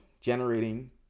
generating